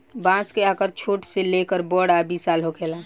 बांस के आकर छोट से लेके बड़ आ विशाल होखेला